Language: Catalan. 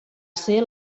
ser